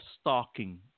stalking